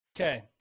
Okay